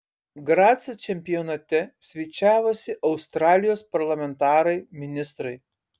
graco čempionate svečiavosi australijos parlamentarai ministrai